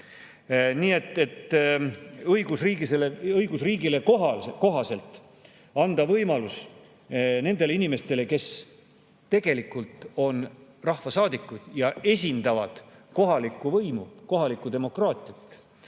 et õigusriigile kohaselt anda nendele inimestele, kes tegelikult on rahvasaadikud ja esindavad kohalikku võimu, kohalikku demokraatiat,